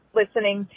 listening